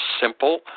simple